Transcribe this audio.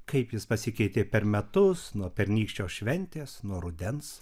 kaip jis pasikeitė per metus nuo pernykščios šventės nuo rudens